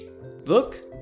Look